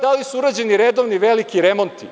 Da li su urađeni redovni veliki remonti?